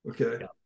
Okay